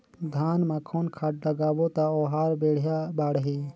धान मा कौन खाद लगाबो ता ओहार बेडिया बाणही?